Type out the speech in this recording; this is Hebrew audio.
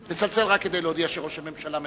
לצלצל רק כדי להודיע שראש הממשלה מדבר.